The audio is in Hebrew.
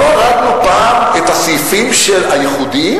לא הורדנו פעם את הסעיפים של הייחודיים?